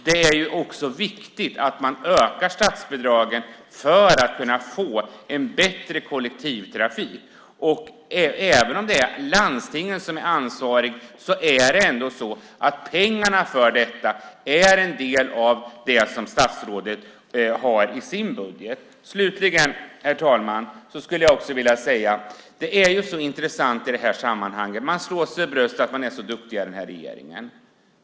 Det är också viktigt att öka statsbidragen för att kunna få en bättre kollektivtrafik. Även om det är landstingen som är ansvariga är pengarna för detta en del av det som statsrådet har i sin budget. Slutligen, herr talman, skulle jag vilja tala om vad som är så intressant i det här sammanhanget. Man slår sig för bröstet för att den här regeringen är så duktig.